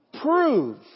prove